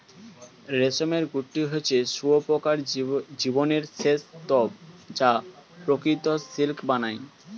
রেশমের গুটি হচ্ছে শুঁয়োপোকার জীবনের সেই স্তুপ যা প্রকৃত সিল্ক বানায়